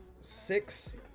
six